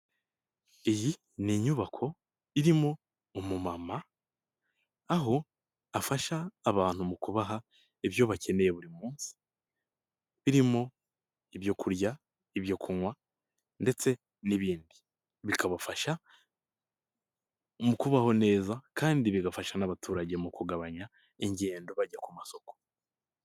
Iyi ni inyubako irimo umumama aho afasha abantu mu kubaha ibyo bakeneye buri munsi birimo ibyo kurya, ibyo kunywa ndetse n'ibindi bikabafasha mu kubaho neza kandi bigafasha n'abaturage mu kugabanya ingendo bajya ku masoko.